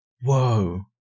whoa